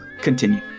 continue